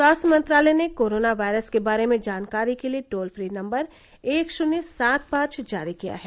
स्वास्थ्य मंत्रालय ने कोरोना वायरस के बारे में जानकारी के लिए टोल फ्री नम्बर एक शुन्य सात पांच जारी किया है